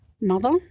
mother